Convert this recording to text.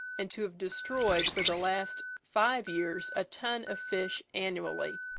and to have destroyed for the last five years a ton of fish annually.